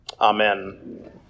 Amen